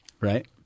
Right